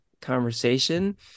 conversation